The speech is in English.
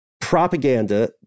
propaganda